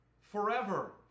forever